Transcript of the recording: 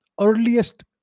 earliest